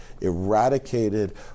eradicated